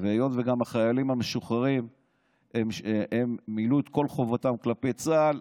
והיות שגם החיילים המשוחררים מילאו את כל חובתם כלפי צה"ל,